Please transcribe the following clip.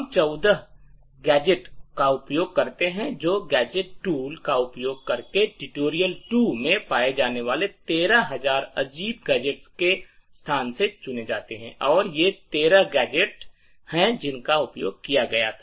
हम 14 गैजेट्स का उपयोग करते हैं जो गैजेट टूल का उपयोग करके ट्यूटोरियल 2 में पाए जाने वाले 13000 अजीब गैजेट्स के स्थान से चुने जाते हैं और ये 13 गैजेट्स हैं जिनका उपयोग किया गया था